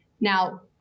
Now